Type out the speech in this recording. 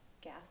gas